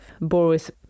Boris